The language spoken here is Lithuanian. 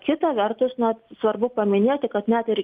kita vertus na svarbu paminėti kad net ir